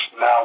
now